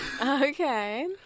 Okay